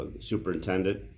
superintendent